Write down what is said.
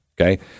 okay